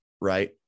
right